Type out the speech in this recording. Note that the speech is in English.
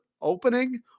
opening